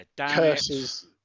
curses